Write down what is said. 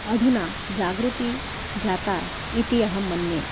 अधुना जागृतिः जाता इति अहं मन्ये